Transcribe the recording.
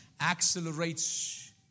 accelerates